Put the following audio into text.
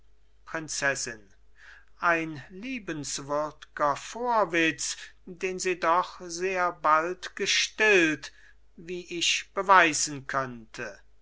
prinzessin ein liebenswürdger vorwitz den sie doch sehr bald gestillt wie ich beweisen könnte